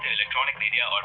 electronic media